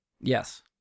Yes